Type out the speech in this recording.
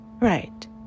Right